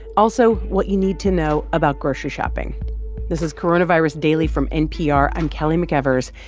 also, what you need to know about grocery shopping this is coronavirus daily from npr. i'm kelly mcevers.